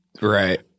right